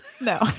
No